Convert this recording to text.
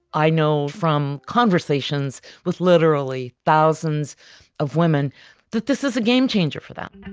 i know from conversations with literally thousands of women that this is a game-changer for them